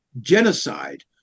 genocide